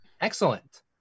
Excellent